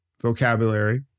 vocabulary